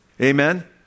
amen